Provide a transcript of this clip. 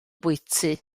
bwyty